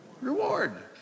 Reward